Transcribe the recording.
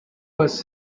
was